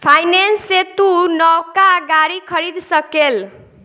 finance से तू नवका गाड़ी खरीद सकेल